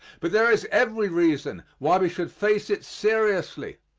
but there is every reason why we should face it seriously,